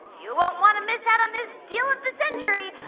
you won't want to miss out on this deal of the century.